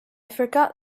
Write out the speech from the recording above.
forgot